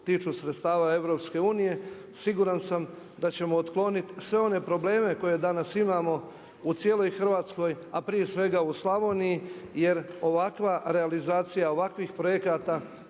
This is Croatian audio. tiču sredstava EU, siguran sam na ćemo otklonit sve one probleme koje danas imamo u cijeloj Hrvatskoj, a prije svega u Slavoniji, jer ovakva realizacija ovakvih projekata